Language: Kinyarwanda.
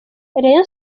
rayon